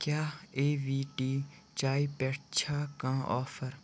کیٛاہ اےٚ وی ٹی چایہِ پٮ۪ٹھ چھا کانٛہہ آفر